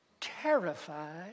terrified